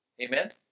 Amen